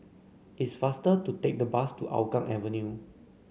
it's faster to take the bus to Hougang Avenue